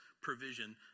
provision